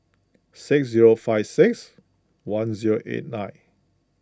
six zero five six one zero eight nine